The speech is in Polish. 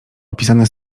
opisane